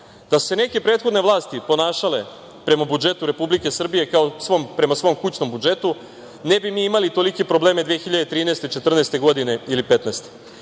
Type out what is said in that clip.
su se neke prethodne vlasti ponašale prema budžetu Republike Srbije kao prema svom kućnom budžetu, ne bi imali tolike probleme 2013, 2014. godine ili 2015.